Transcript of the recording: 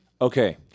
Okay